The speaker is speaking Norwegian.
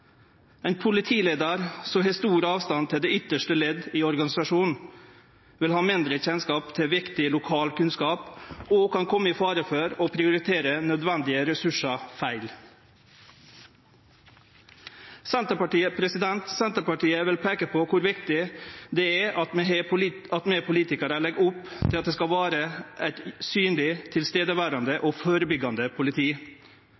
Ein politileiar som har stor avstand til det ytste leddet i organisasjonen, vil ha mindre kjennskap til viktig lokal kunnskap og kan kome i fare for å prioritere nødvendige ressursar feil. Senterpartiet vil peike på kor viktig det er at vi politikarar legg opp til at det skal vere eit synleg,